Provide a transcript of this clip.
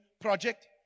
project